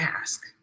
ask